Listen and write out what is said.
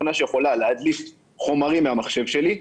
תוכנה שיכולה להדליף חומרים מהמחשב שלי,